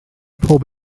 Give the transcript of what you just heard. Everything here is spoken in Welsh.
pob